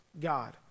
God